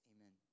Amen